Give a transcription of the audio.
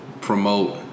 promote